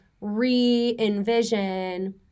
re-envision